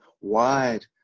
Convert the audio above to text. wide